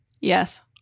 Yes